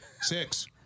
Six